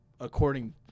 according